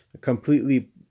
completely